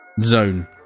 zone